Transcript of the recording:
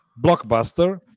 blockbuster